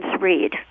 read